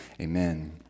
Amen